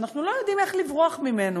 שאנחנו לא יודעים איך לברוח ממנו.